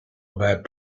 about